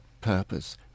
purpose